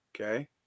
okay